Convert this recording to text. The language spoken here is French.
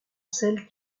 celles